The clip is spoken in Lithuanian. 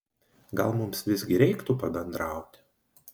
gal mums visgi reiktų pabendrauti